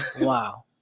Wow